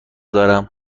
دارم